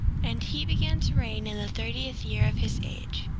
and he began to reign in the thirtieth year of his age,